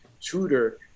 tutor